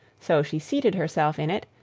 so she seated herself in it,